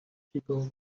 people